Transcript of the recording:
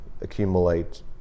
accumulate